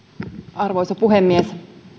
arvoisa puhemies